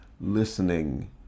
listening